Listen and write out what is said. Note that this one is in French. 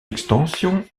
extensions